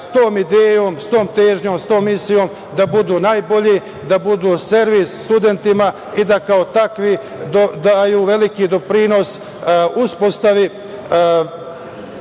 sa tom idejom, sa tom težnjom, sa tom misijom da budu najbolji, da budu servis studentima i da kao takvi daju veliki doprinos uspostavljanju